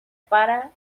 para